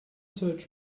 search